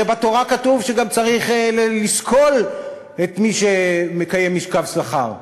הרי בתורה כתוב שגם צריך לסקול את מי שמקיים משכב זכר.